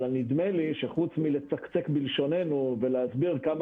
אבל נדמה לי שחוץ מלצקצק בלשוננו ולהסביר כמה